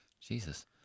Jesus